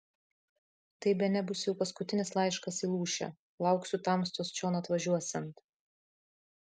tai bene bus jau paskutinis laiškas į lūšę lauksiu tamstos čion atvažiuosiant